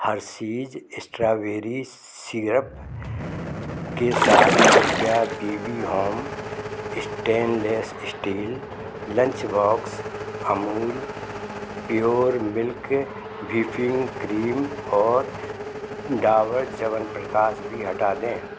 Hershey's strawberry syrup के साथ कृपया B B home stainless steel lunch box Amul pure milk whipping cream और डाबर च्यवनप्राश भी हटा दें